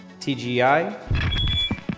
TGI